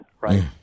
right